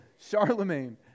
Charlemagne